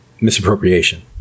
misappropriation